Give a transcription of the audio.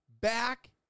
back